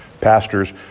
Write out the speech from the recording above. pastors